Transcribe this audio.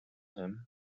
him